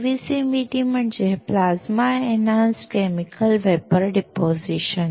PECVD म्हणजे plasma enhanced chemical vapour deposition